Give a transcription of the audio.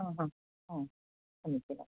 आ हा हा समीचीनम्